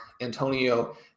Antonio